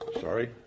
Sorry